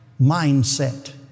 mindset